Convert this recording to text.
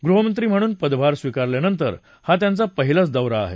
गृहमंत्री म्हणून पदभार स्वीकारल्यांनंतर हा त्यांचा पहिलाच दौरा आहे